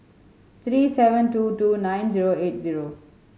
three seven two two nine zero eight zero